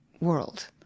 world